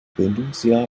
gründungsjahr